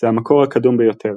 זה המקור הקדום ביותר.